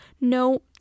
no